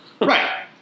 Right